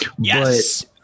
yes